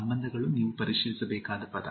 ಸಂಬಂಧಗಳು ನೀವು ಪರಿಶೀಲಿಸಬೇಕಾದ ಪದ